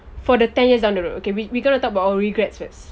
for the ten years down the road okay we we gonna talk about our regrets first